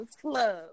Club